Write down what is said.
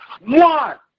One